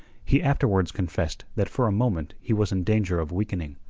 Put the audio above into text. he afterwards confessed that for a moment he was in danger of weakening,